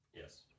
Yes